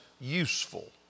useful